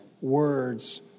words